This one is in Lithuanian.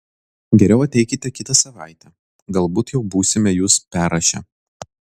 geriau ateikite kitą savaitę galbūt jau būsime jus perrašę